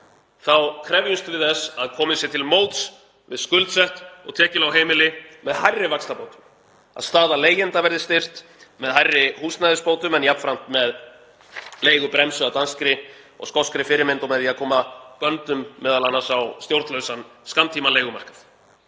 þá krefjumst við þess að komið sé til móts við skuldsett og tekjulág heimili með hærri vaxtabótum, að staða leigjenda verði styrkt með hærri húsnæðisbótum en jafnframt með leigubremsu að danskri og skoskri fyrirmynd og með því að koma böndum m.a. á stjórnlausan skammtímaleigumarkað.